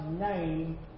Name